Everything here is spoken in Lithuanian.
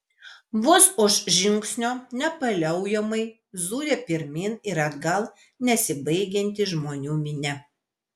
vos už žingsnio nepaliaujamai zuja pirmyn ir atgal nesibaigianti žmonių minia